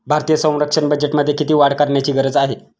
भारतीय संरक्षण बजेटमध्ये किती वाढ करण्याची गरज आहे?